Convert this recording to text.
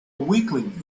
weakling